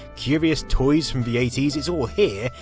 curious toys from the eighty s, it's all here,